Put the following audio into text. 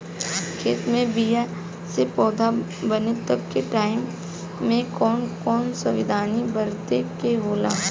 खेत मे बीया से पौधा बने तक के टाइम मे कौन कौन सावधानी बरते के होला?